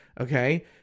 okay